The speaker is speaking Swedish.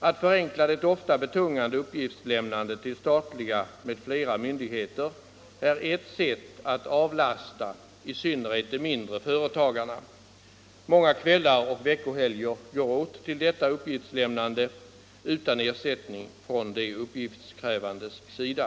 Att förenkla det ofta betungande uppgiftslämnandet till statliga m.fl. myndigheter är ett sätt att avlasta i synnerhet de mindre företagarna. Många kvällar och veckohelger går åt till detta uppgiftslämnande — utan ersättning från de uppgiftskrävandes sida.